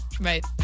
Right